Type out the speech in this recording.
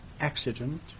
accident